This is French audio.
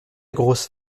grosse